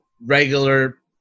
regular